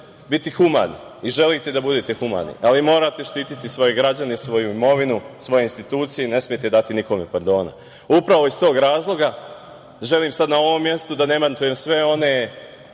biti humani i želite da budete humani, ali morate da štitite svoje građane, svoju imovinu, svoje institucije i ne smete dati nikome pardona. Upravo iz tog razloga želim sad na ovom mestu da demantujem sve one